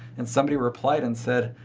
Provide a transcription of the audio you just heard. and somebody replied and said,